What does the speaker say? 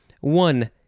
one